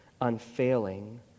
unfailing